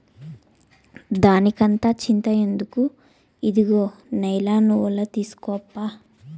దానికంత చింత ఎందుకు, ఇదుగో నైలాన్ ఒల తీస్కోప్పా